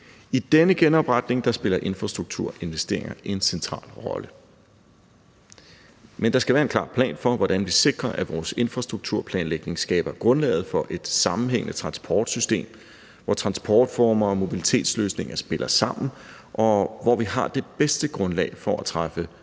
I denne genopretning spiller infrastrukturinvesteringer en central rolle. Men der skal være en klar plan for, hvordan vi sikrer, at vores infrastrukturplanlægning skaber grundlaget for et sammenhængende transportsystem, hvor transportformer og mobilitetsløsninger spiller sammen, og hvor vi har det bedste grundlag for at træffe